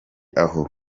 aho